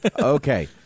Okay